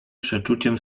przeczuciem